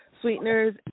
sweeteners